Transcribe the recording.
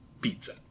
pizza